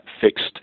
fixed